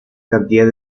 cantidad